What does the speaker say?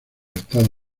estados